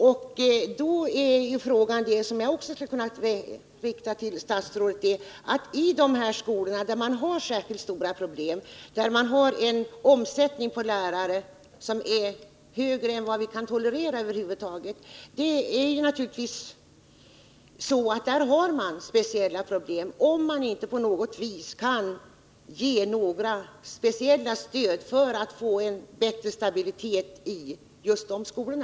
Detta utgör en tankeställare som jag skulle vilja skicka vidare till statsrådet, nämligen att i de skolor där man har särskilt stora problem och där man har en omsättning på lärare som är högre än vad vi kan tolerera över huvud taget får man naturligtvis speciella problem, om man inte på något vis kan erhålla särskilt stöd för att få bättre stabilitet i just de skolorna.